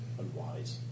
unwise